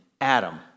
Adam